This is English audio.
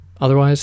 otherwise